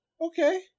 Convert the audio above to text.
Okay